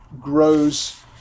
grows